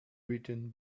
written